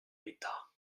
l’état